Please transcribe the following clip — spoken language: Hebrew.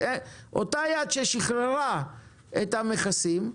אותה יד ששחררה את המכסים,